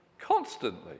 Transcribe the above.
constantly